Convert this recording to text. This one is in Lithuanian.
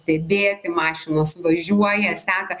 stebėti mašinos važiuoja seka